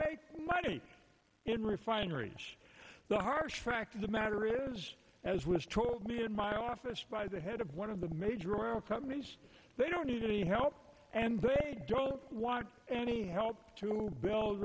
make money in refineries the harsh fact of the matter is as was told me in my office by the head of one of the major oil companies they don't need any help and they don't want any help to build